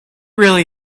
really